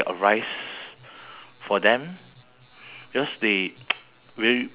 I believe doing just a small act of this can help them have a better day